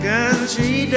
Country